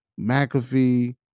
McAfee